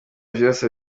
vyose